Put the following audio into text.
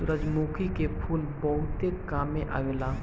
सूरजमुखी के फूल बहुते काम में आवेला